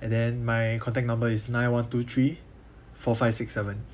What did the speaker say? and then my contact number is nine one two three four five six seven